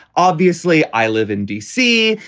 obviously, i live in d c.